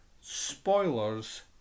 spoilers